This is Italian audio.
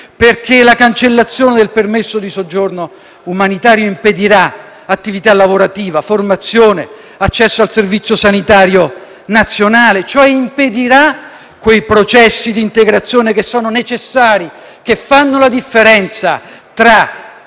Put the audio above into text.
tacere. La cancellazione del permesso di soggiorno umanitario impedirà attività lavorativa, formazione, accesso al servizio sanitario nazionale; impedirà, cioè, i processi di integrazione che sono necessari e fanno la differenza tra